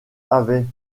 avait